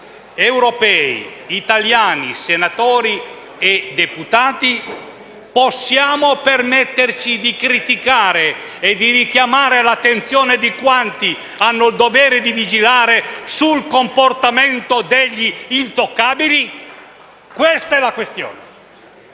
europei, italiani, senatori e deputati, possiamo permetterci di criticare e di richiamare l'attenzione di quanti hanno il dovere di vigilare sul comportamento degli intoccabili? Questa è la questione.